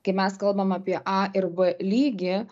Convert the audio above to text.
kai mes kalbam apie a ir b lygį